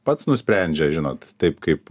pats nusprendžia žinot taip kaip